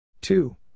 Two